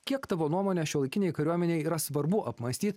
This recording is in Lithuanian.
kiek tavo nuomone šiuolaikinėj kariuomenėj yra svarbu apmąstyt